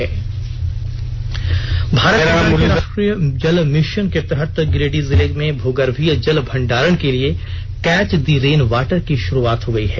rain water Bharat सरकार के राष्ट्रीय जल मिशन के तहत गिरिडीह जिले में भूगर्भीय जल भंडारण के लिए कैच दी रेन वाटर की शुरुआत हो गई है